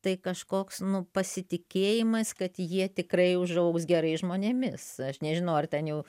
tai kažkoks nu pasitikėjimas kad jie tikrai užaugs gerais žmonėmis aš nežinau ar ten jau